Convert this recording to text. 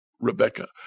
Rebecca